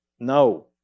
No